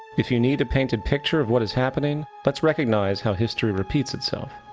if you need a painted picture of what is happening, let's recognize how history repeats itself.